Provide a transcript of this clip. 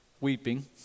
weeping